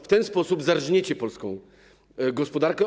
W ten sposób zarżniecie polską gospodarkę.